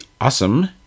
awesome